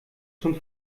schon